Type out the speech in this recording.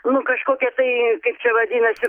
nu kažkokia tai kaip čia vadinasi